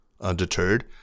Undeterred